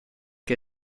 che